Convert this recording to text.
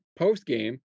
postgame